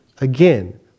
again